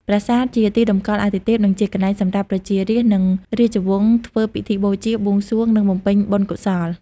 ប្រាសាទជាទីតម្កល់អាទិទេព និងជាកន្លែងសម្រាប់ប្រជារាស្ត្រ និងរាជវង្សធ្វើពិធីបូជា បួងសួង និងបំពេញបុណ្យកុសល។